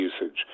usage